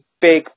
big